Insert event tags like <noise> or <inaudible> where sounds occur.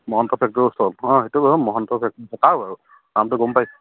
<unintelligible>